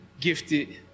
gifted